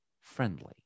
friendly